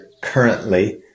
currently